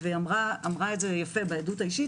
ואמרה את זה יפה בעדות האישית